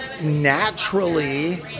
naturally